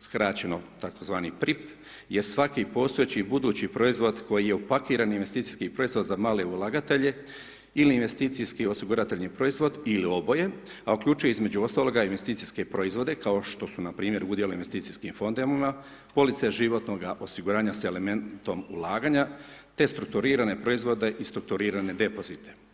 skraćeno tzv. PRIP, je svaki postojeći, budući proizvod koji je upakiran investicijski proizvod za male ulagatelje ili investicijski osiguratelji proizvod ili oboje, a uključuje između ostaloga investicijske proizvode, kao što su npr. udjeli u investicijskim fondovima, police životnoga osiguranja s elementom ulaganja, te strukturirane proizvode i strukturirane depozite.